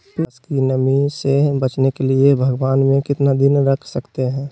प्यास की नामी से बचने के लिए भगवान में कितना दिन रख सकते हैं?